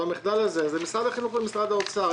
למחדל הזה אחראים משרד החינוך ומשרד האוצר.